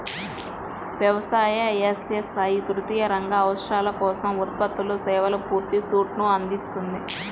వ్యవసాయ, ఎస్.ఎస్.ఐ తృతీయ రంగ అవసరాల కోసం ఉత్పత్తులు, సేవల పూర్తి సూట్ను అందిస్తుంది